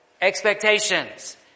expectations